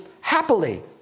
happily